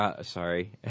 Sorry